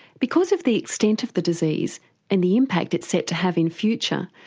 because of the extent of the disease and the impact it's set to have in future,